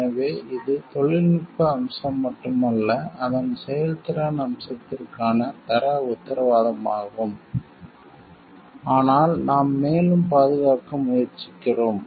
எனவே இது தொழில்நுட்ப அம்சம் மட்டுமல்ல அதன் செயல்திறன் அம்சத்திற்கான தர உத்தரவாதமாகும் ஆனால் நாம் மேலும் பாதுகாக்க முயற்சிக்கிறோம்